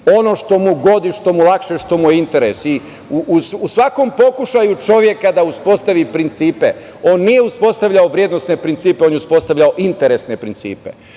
ono što mu godi, što mu lakše, što mu je interes. U svakom pokušaju čoveka da uspostavi principe, on nije uspostavljao vrednosne principe, on je uspostavljao interesne principe.